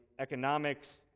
economics